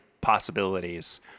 possibilities